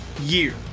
year